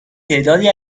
تعدادی